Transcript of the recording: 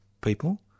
people